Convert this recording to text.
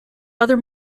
other